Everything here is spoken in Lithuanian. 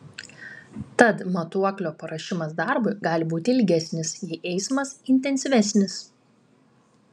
tad matuoklio paruošimas darbui gali būti ilgesnis jei eismas intensyvesnis